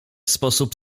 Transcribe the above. sposób